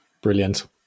Brilliant